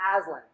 Aslan